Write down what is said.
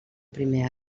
primer